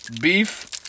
Beef